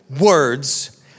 words